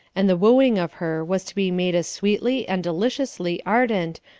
and the wooing of her was to be made as sweetly and deliciously ardent,